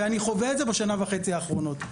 אני חווה את זה בשנה וחצי האחרונות.